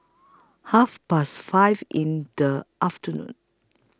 Half Past five in The afternoon